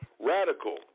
Radical